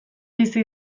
bizi